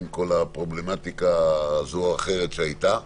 עם כל הפרובלמטיקה שהייתה.